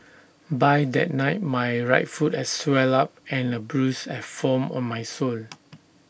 by that night my right foot had swelled up and A bruise had formed on my sole